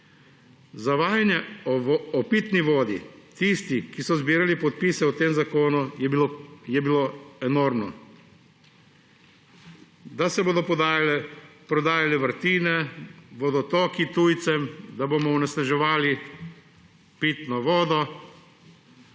Zavajanje o pitni vodi tistih, ki so zbirali podpise o tem zakonu, je bilo enormno: da se bodo prodajale vrtine, vodotoki tujcem, da bomo onesnaževali pitno vodo